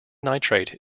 nitrate